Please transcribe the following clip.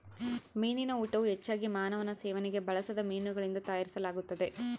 ಮೀನಿನ ಊಟವು ಹೆಚ್ಚಾಗಿ ಮಾನವನ ಸೇವನೆಗೆ ಬಳಸದ ಮೀನುಗಳಿಂದ ತಯಾರಿಸಲಾಗುತ್ತದೆ